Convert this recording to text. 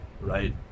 Right